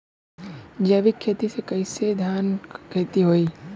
जैविक खेती से कईसे धान क खेती होई?